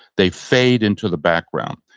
they fade into the background.